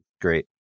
great